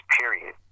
period